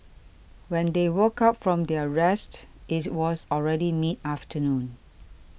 when they woke up from their rest it was already mid afternoon